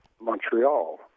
Montreal